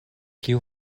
kiu